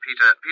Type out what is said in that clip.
Peter